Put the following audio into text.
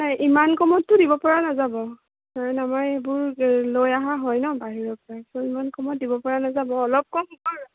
নাই ইমান কমতটো দিব পৰা নাযাব নাই আমাৰ এইবোৰ লৈ আহা হয় ন বাহিৰৰ পৰা চ' ইমান কমত দিব পৰা নাযাব অলপ কম হ'ব আৰু